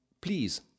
please